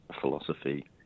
philosophy